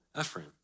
Ephraim